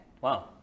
Wow